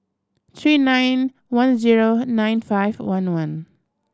three nine one zero nine five one one